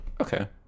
Okay